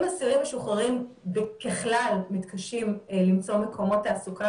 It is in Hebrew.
אם אסירים משוחררים ככלל מתקשים למצוא מקומות תעסוקה